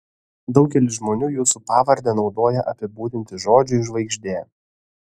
daugelis žmonių jūsų pavardę naudoja apibūdinti žodžiui žvaigždė